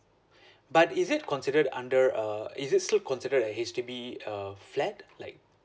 but is it considered under err is it still considered a H_D_B err flat like